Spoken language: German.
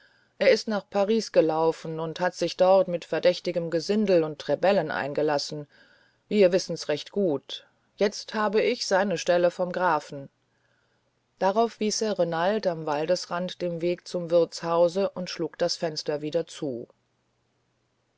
er ist nach paris gelaufen und hat sich dort mit verdächtigem gesindel und rebellen eingelassen wir wissen's recht gut jetzt habe ich seine stelle vom grafen drauf wies er renald am waldesrand den weg zum wirtshause und schlug das fenster wieder zu